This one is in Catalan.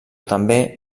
també